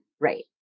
Right